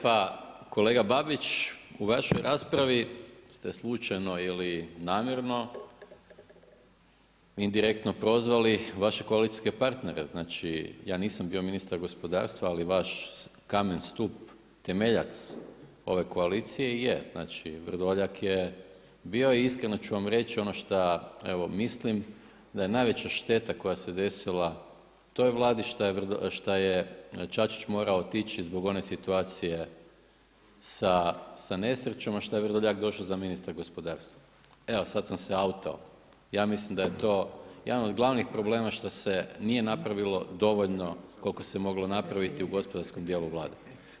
Hvala lijepa kolega Babić, u vašoj raspravi ste slučajno ili namjerno indirektno prozvali vaše koalicijske partnere, znači ja nisam bio ministar gospodarstva ali vaš kamen sup temeljac ove koalicije je, znači Vrdoljak je bi i iskreno ću vam reći ono šta mislim da je najveća šteta koja se desila toj vladi šta je Čačić morao otići zbog one situacije sa nesrećom, a što je Vrdoljak došao za ministra gospodarstva. … Ja mislim da je to jedan od glavnih problema šta se nije napravilo dovoljno koliko se moglo napraviti u gospodarskom dijelu Vlade.